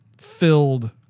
filled